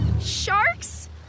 Sharks